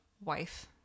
wife